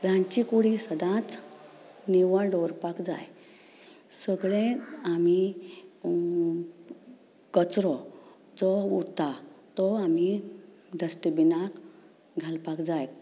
रांदचे कुडी सदांच निवळ दवरपाक जाय सगळें आमी कचरो जो उरता तो आमी डस्टबिनांत घालपाक जाय